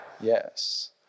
Yes